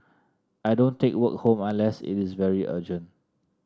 I don't take work home unless it is very urgent